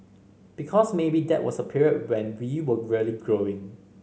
because maybe that was a period when we were really growing